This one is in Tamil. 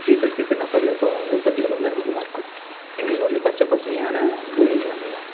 சீசன் சீசன்னப்போ இந்த இப்போ உற்பத்திகள் வந்து அதிகமாக இருக்கும் எங்களது வந்து பச்சை பசுமையான பூமி நிலங்கள் தான